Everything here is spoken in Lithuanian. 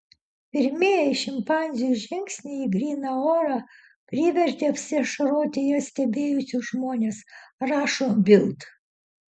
pirmieji šimpanzių žingsniai į gryną orą privertė apsiašaroti jas stebėjusius žmones rašo bild